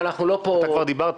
אנחנו לא נמצאים